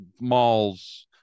malls